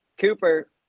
Cooper